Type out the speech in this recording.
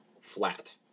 flat